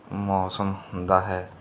ਮੌਸਮ ਹੁੰਦਾ ਹੈ